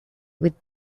with